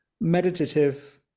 meditative